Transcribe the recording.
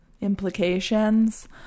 implications